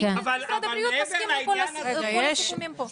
האם משרד הבריאות מסכים עם כל הסיכומים פה.